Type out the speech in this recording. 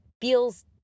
feels